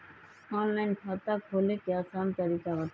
Online खाता खोले के आसान तरीका बताए?